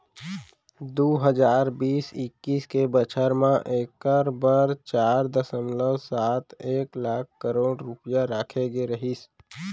दू हजार बीस इक्कीस के बछर म एकर बर चार दसमलव सात एक लाख करोड़ रूपया राखे गे रहिस